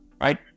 right